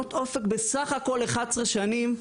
מכינות אופק בסך הכל 11 שנים,